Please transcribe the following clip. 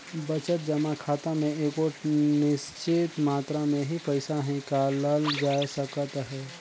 बचत जमा खाता में एगोट निच्चित मातरा में ही पइसा हिंकालल जाए सकत अहे